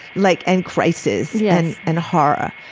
like and crisis yeah and and horror.